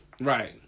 right